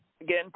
again